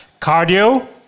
Cardio